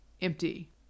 empty